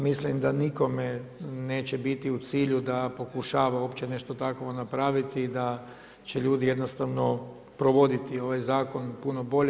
Mislim da nikome neće biti u cilju da pokušava uopće nešto takvo napraviti i da će ljudi jednostavno provoditi ovaj zakon puno bolje.